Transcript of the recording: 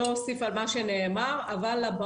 אני לא אוסיף על מה שנאמר, אבל לבאות.